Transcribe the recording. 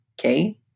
Okay